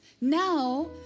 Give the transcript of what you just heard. now